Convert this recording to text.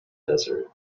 desert